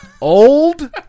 old